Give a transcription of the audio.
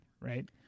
Right